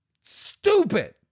Stupid